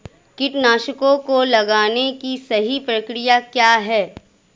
कीटनाशकों को लगाने की सही प्रक्रिया क्या है?